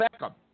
Beckham